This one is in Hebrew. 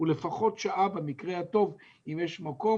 הוא לפחות בשעה במקרה הטוב אם יש מקום,